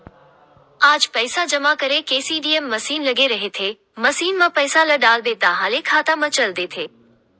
आज पइसा जमा करे के सीडीएम मसीन लगे रहिथे, मसीन म पइसा ल डालबे ताहाँले खाता म चल देथे